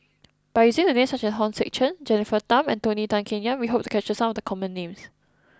by using names such as Hong Sek Chern Jennifer Tham and Tony Tan Keng Yam we hope to capture some of the common names